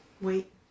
wait